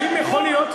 יש גבול.